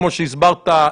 כמו שהסברת,